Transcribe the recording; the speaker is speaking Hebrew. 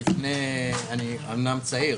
אומנם צעיר,